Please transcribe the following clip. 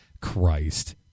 Christ